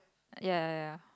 ya ya ya